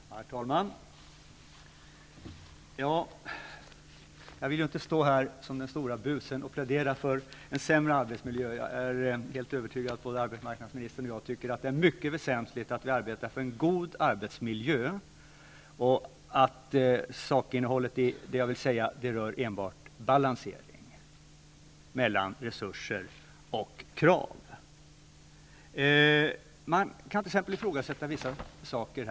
Herr talman! Jag vill inte stå här som den store busen och plädera för en sämre arbetsmiljö. Jag är helt övertygad om att både arbetsmarknadsministern och jag tycker att det är mycket väsentligt att vi arbetar för en god arbetsmiljö. Sakinnehållet i det jag vill säga rör enbart balanseringen mellan resurser och krav. Man kan t.ex. ifrågasätta vissa saker.